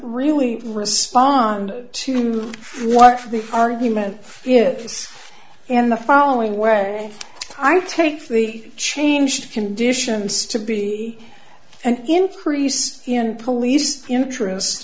really respond to what the argument yes in the following way i take the change conditions to be an increase in police interest